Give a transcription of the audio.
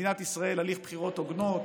במדינת ישראל הליך בחירות הוגנות,